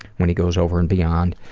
when he goes over and beyond.